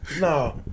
no